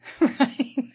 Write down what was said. Right